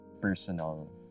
personal